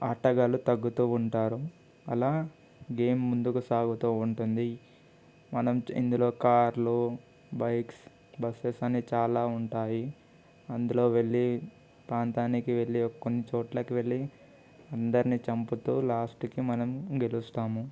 ఆటగాళ్ళు తగ్గుతూ ఉంటారు అలా గేమ్ ముందుకు సాగుతూ ఉంటుంది మనం ఇందులో కార్లు బైక్స్ బస్సెస్ అన్ని చాలా ఉంటాయి అందులో వెళ్ళి ప్రాంతానికి వెళ్ళి కొన్ని చోట్లకి వెళ్ళి అందరిని చంపుతూ లాస్ట్కి మనం గెలుస్తాము